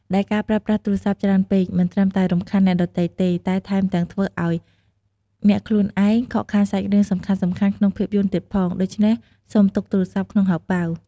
ដែលការប្រើប្រាស់ទូរស័ព្ទច្រើនពេក មិនត្រឹមតែរំខានអ្នកដទៃទេ តែថែមទាំងធ្វើឲ្យអ្នកខ្លួនឯងខកខានសាច់រឿងសំខាន់ៗក្នុងភាពយន្តទៀតផង ដូច្នេះសូមទុកទូរស័ព្ទក្នុងហោប៉ៅ។